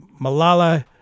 Malala